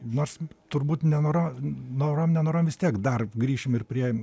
nors turbūt nenoro norom nenorom vis tiek dar grįšim ir prie